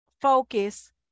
focus